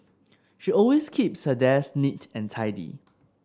she always keeps her desk neat and tidy